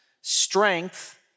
strength